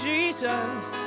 Jesus